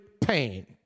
pain